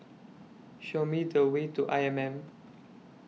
Show Me The Way to I M M